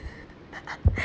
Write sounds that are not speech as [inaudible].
[laughs] [laughs] [laughs]